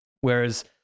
whereas